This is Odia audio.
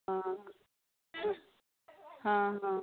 ହଁ ହଁ ହଁ